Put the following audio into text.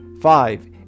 Five